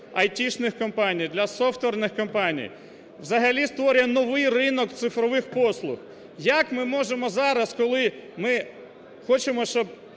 айтішних компаній, для софтверних компаній, взагалі створює новий ринок цифрових послуг. Як ми можемо зараз, коли ми хочемо, щоб